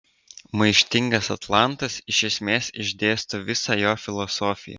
maištingas atlantas iš esmės išdėsto visą jo filosofiją